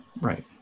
Right